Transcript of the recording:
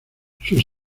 sus